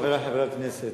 חברי חברי הכנסת,